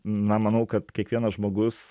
na manau kad kiekvienas žmogus